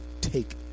take